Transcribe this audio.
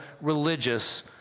religious